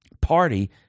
party